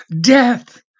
Death